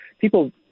people